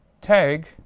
tag